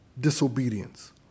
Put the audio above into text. disobedience